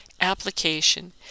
Application